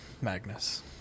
Magnus